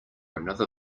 another